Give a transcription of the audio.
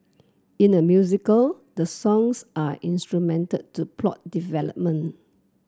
in a musical the songs are instrumental to plot development